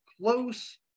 close